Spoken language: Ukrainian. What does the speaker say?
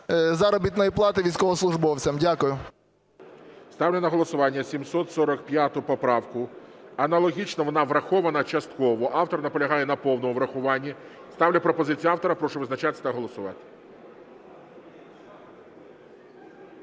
заробітної плати військовослужбовцям. Дякую. ГОЛОВУЮЧИЙ. Ставлю на голосування 745 поправку. Аналогічно, вона врахована частково. Автор наполягає на повному врахуванні. Ставлю пропозицію автора. Прошу визначатися та голосувати.